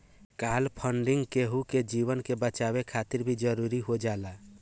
काल funding केहु के जीवन के बचावे खातिर भी जरुरी हो जाला